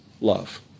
love